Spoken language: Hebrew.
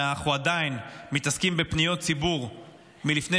אנחנו עדיין מתעסקים בפניות ציבור של מילואימניקים מלפני